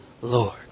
Lord